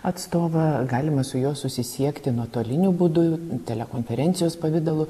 atstovą galima su juo susisiekti nuotoliniu būdu telekonferencijos pavidalu